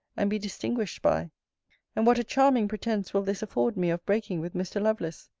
and be distinguished by and what a charming pretence will this afford me of breaking with mr. lovelace!